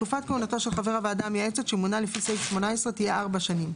תקופת כהונתו של חבר הוועדה המייעצת שמונה לפי סעיף 18 תהיה ארבע שנים,